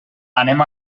anem